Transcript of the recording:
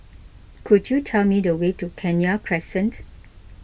could you tell me the way to Kenya Crescent